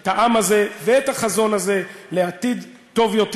את העם הזה, ואת החזון הזה, לעתיד טוב יותר.